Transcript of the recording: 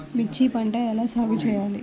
మిర్చి పంట ఎలా సాగు చేయాలి?